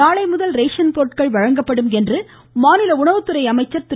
நாளை முதல் ரேசன் பொருட்கள் வழங்கப்படும் என மாநில உணவுத்துறை அமைச்சர் திரு